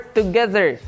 together